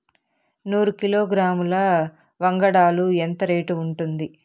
నూరు కిలోగ్రాముల వంగడాలు ఎంత రేటు ఉంటుంది?